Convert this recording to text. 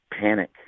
panic